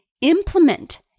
Implement